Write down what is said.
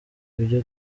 ibyo